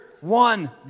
One